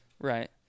Right